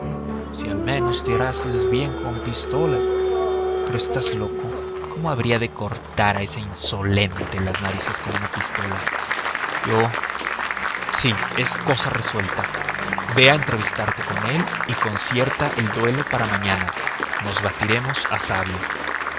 si al menos tirases bien con pistola pero estás loco cómo habría de cortar a ese insolente las narices con una pistola yo sí es cosa resuelta ve a entrevistarte con él y concierta el duelo para mañana nos batiremos a sable